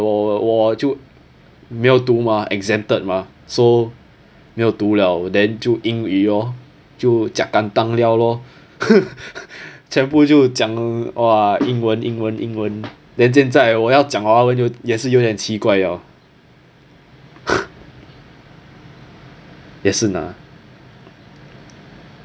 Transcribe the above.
我我就没有读 mah exempted mah so 没有读了 then 就英语 lor 就 jiak kantang liao lor 全部就讲英文英文英文 then 现在我要讲华文就也是有点奇怪了也是拿